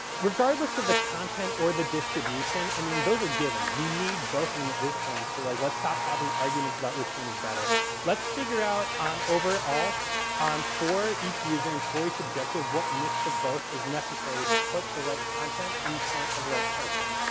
regardless of the content or the distribution, i mean, those are givens, you need both of them at this point. so, like let's stop having arguments about which one is better let's figure out um overall um for each user and for each objective what mix of both is necessary to put the right content in front of the right person.